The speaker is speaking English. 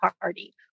party